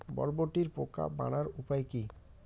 বরবটির পোকা মারার উপায় কি?